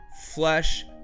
flesh